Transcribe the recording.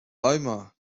آیما